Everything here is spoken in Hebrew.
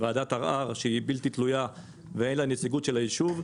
לוועדת ערר בלתי תלויה ואין בה נציגות של היישוב,